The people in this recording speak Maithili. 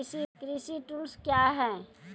कृषि टुल्स क्या हैं?